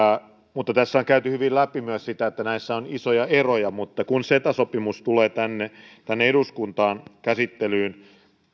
tässä on käyty hyvin läpi myös sitä että näissä on isoja eroja mutta kun ceta sopimus tulee tänne tänne eduskuntaan käsittelyyn